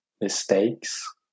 mistakes